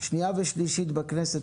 שנייה ושלישית בכנסת.